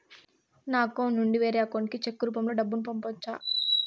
నా అకౌంట్ నుండి వేరే అకౌంట్ కి చెక్కు రూపం లో డబ్బును పంపొచ్చా?